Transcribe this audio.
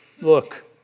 look